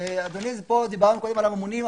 דיברנו קודם על הממונים.